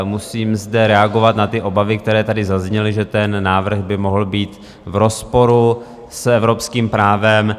Musím zde reagovat na obavy, které tady zazněly, že ten návrh by mohl být v rozporu s evropským právem.